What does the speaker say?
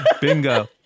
Bingo